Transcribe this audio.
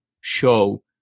show